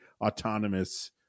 autonomous